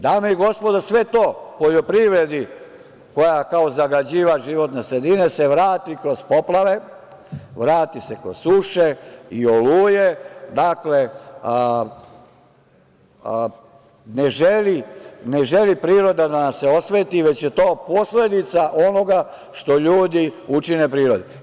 Dame i gospodo, sve to poljoprivredi koja kao zagađivač životne sredine se vrati kroz poplave, vrati se kroz suše i oluje, dakle, ne želi priroda da nam se osveti, već je to posledica onoga što ljudi učine prirodi.